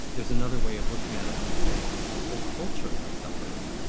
there's another way of looking at it and saying, look, the whole culture has suffered.